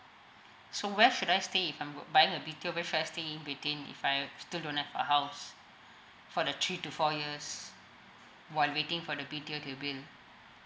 so where should I stay if I'm buying a B_T_O where should I stay in between if I still don't have a house for the three to four years while waiting for the B_T_O to build